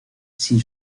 sin